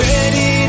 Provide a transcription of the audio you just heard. Ready